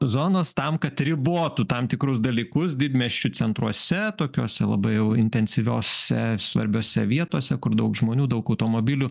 zonos tam kad ribotų tam tikrus dalykus didmiesčių centruose tokiuose labai jau intensyviose svarbiose vietose kur daug žmonių daug automobilių